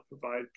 provide